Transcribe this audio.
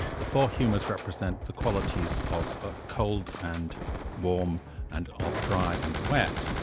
the four humours represent the qualities of ah cold and warm and of dry and wet,